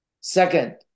Second